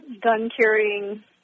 gun-carrying